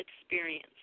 experience